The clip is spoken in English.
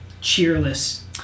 cheerless